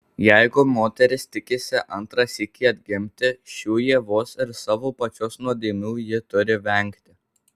jeigu moteris tikisi antrą sykį atgimti šių ievos ir savo pačios nuodėmių ji turi vengti